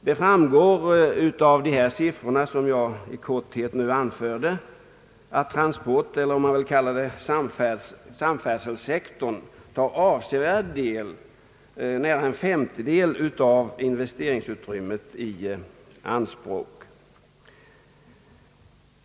Det framgår av dessa siffror att transporteller samfärdselsektorn — om man vill kalla den så — tar en avsveärd del, nära en femtedel, av investeringsutrymmet i anspråk.